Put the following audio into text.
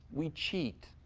we cheat.